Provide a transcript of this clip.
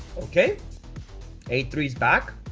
okay a three is back.